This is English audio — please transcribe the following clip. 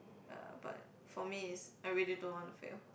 uh but for me is I really don't want to fail